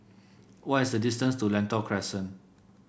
what is the distance to Lentor Crescent